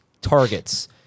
targets